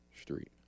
Street